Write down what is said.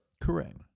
Correct